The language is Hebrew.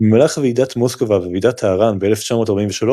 במהלך ועידת מוסקבה וועידת טהרן ב-1943,